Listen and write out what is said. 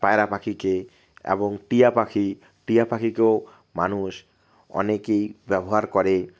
পায়রা পাখিকে এবং টিয়া পাখি টিয়া পাখিকেও মানুষ অনেকেই ব্যবহার করে